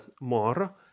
more